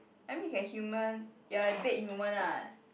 I mean you can human you are a dead human ah